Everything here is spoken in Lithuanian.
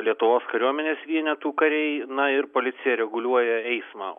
lietuvos kariuomenės vienetų kariai na ir policija reguliuoja eismą